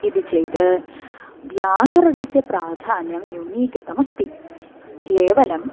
इति चेत् व्याकरणस्य प्राधान्यं न्यूनीकृतमस्ति केवलम्